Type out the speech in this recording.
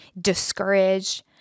discouraged